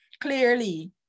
clearly